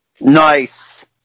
Nice